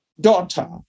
daughter